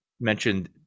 mentioned